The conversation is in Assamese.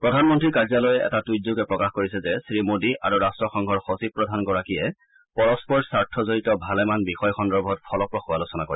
প্ৰধানমন্তীৰ কাৰ্যালয়ে এটা টুইটযোগে প্ৰকাশ কৰিছে যে শ্ৰীমোডী আৰু ৰাট্টসংঘৰ সচিব প্ৰধান গৰাকীয়ে পৰস্পৰ স্বাৰ্থজড়িত ভালেমান বিষয় সন্দৰ্ভত ফলপ্ৰসু আলোচনা কৰে